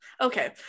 okay